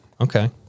Okay